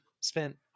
spent